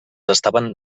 estaven